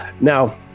now